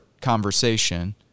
conversation